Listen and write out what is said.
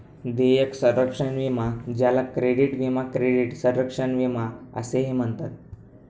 देयक संरक्षण विमा ज्याला क्रेडिट विमा क्रेडिट संरक्षण विमा असेही म्हणतात